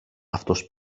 αυτός